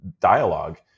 dialogue